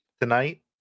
tonight